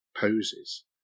poses